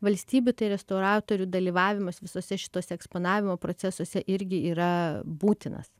valstybių tai restauratorių dalyvavimas visuose šituose eksponavimo procesuose irgi yra būtinas